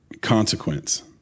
consequence